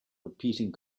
repeating